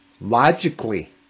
logically